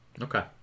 okay